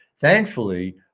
Thankfully